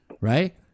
Right